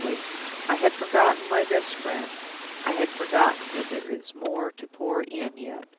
i had forgotten my best friend i had forgotten that there is more to pour in yet.